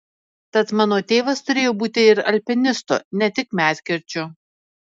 tad mano tėvas turėjo būti ir alpinistu ne tik medkirčiu